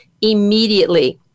immediately